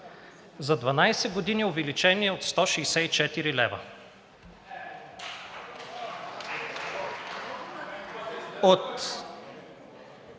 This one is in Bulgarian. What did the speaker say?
За 12 години – увеличение от 164 лв. От